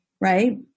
right